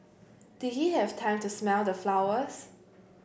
did he have time to smell the flowers